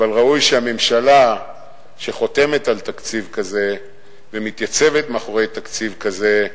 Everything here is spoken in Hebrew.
אבל ראוי שממשלה שחותמת על תקציב כזה ומתייצבת מאחורי תקציב כזה,